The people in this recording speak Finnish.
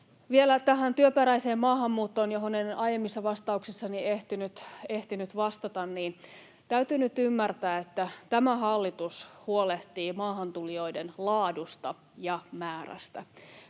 Vielä tähän työperäiseen maahanmuuttoon, johon en aiemmissa vastauksissani ehtinyt vastata: Täytyy nyt ymmärtää, että tämä hallitus huolehtii maahantulijoiden laadusta ja määrästä.